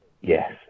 Yes